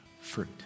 fruit